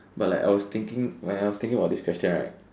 but like I was thinking when I was thinking about this question right